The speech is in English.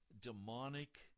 demonic